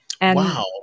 Wow